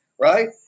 right